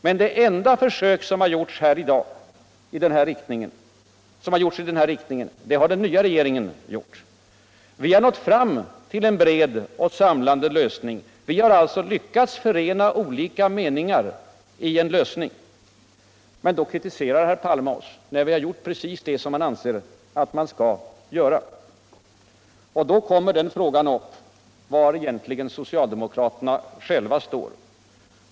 Men det enda försök som hittills gjorts i den riktningen har:den nyva regeringen gjort. Vi har nått fram till en bred och samlande lösning. Vi har ulltså lyckats förena olika meningar. Men när vi gjort precis det som herr Palme anser att man skall göra, då kritiserar han oss. Och då kommer frågan upp: Var står egentligen socialdemokraerna själva?